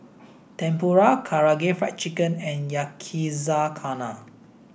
Tempura Karaage Fried Chicken and Yakizakana